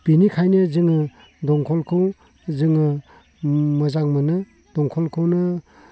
बेनिखायनो जोङो दंखलखौ जोङो मोजां मोनो दंखलखौनो